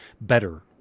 better